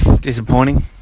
Disappointing